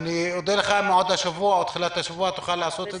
אני אודה לך אם עוד השבוע או תחילת השבוע הבא תוכל לעשות את זה,